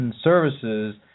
services